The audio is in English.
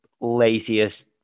laziest